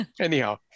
anyhow